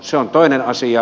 se on toinen asia